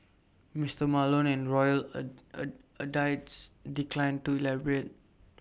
Mister Malone and royal A a A dies declined to elaborate